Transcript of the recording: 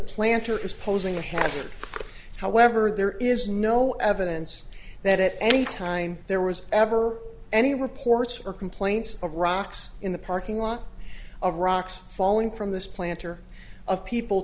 is posing ahead however there is no evidence that at any time there was ever any reports or complaints of rocks in the parking lot of rocks falling from this plant or of people